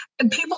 people